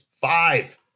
Five